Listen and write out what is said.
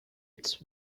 its